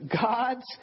God's